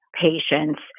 patients